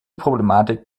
problematik